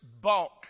bulk